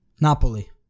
Napoli